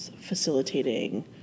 facilitating